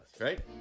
Right